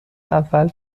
اول